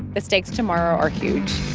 the stakes tomorrow are huge.